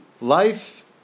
Life